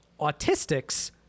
autistics